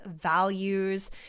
values